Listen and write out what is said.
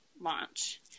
launch